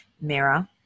mirror